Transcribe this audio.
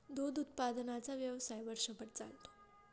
दूध उत्पादनाचा व्यवसाय वर्षभर चालतो